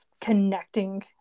connecting